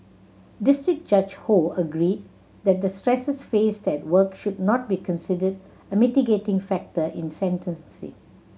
district Judge Ho agreed that the stresses faced at work should not be considered a mitigating factor in sentencing